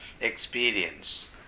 experience